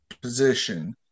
position